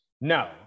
No